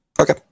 Okay